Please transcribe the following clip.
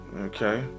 Okay